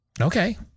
Okay